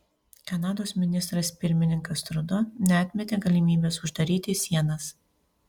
kanados ministras pirmininkas trudo neatmetė galimybės uždaryti sienas